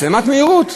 מצלמת מהירות.